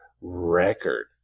record